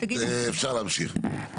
אפשר להמשיך.